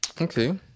Okay